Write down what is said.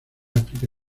áfrica